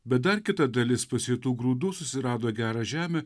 bet dar kita dalis pasėtų grūdų susirado gerą žemę